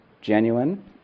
genuine